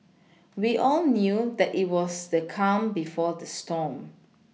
we all knew that it was the calm before the storm